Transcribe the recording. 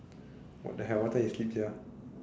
what the hell what time you sleep sia